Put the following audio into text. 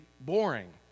boring